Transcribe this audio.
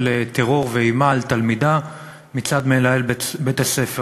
טרור ואימה על תלמידה מצד מנהל בית-הספר.